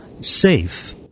safe